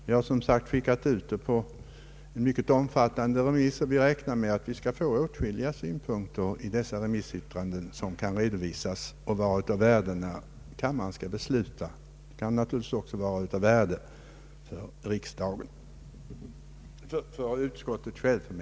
Vi har skickat ut det på en mycket omfattande remiss, och vi räknar med att få åtskilliga synpunkter i de remissyttranden som begärts. Dessa synpunkter kan vara av värde när kammaren skall fatta beslut, och kan naturligtvis också vara av värde för utskottet självt.